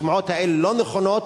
השמועות האלה לא נכונות.